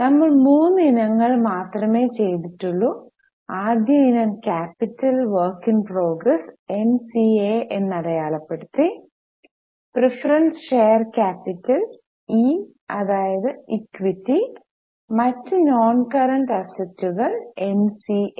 നമ്മൾ മൂന്ന് ഇനങ്ങൾ മാത്രമേ ചെയ്തിട്ടുള്ളൂ ആദ്യ ഇനം ക്യാപിറ്റൽ വിഐപി എൻസിഎ എന്ന് അടയാളപ്പെടുത്തി പ്രീഫെറെൻസ് ഷെയർ ക്യാപിറ്റൽ ഇ അതായത് ഇക്വിറ്റി മറ്റ് നോൺകറന്റ് അസറ്റുകൾ എൻസിഎ